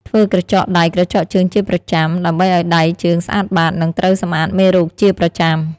ធ្វើក្រចកដៃក្រចកជើង ជាប្រចាំ ដើម្បីឱ្យដៃជើងស្អាតបាត និងត្រូវសម្អាតមេរោគជាប្រចាំ ។